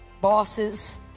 BOSSES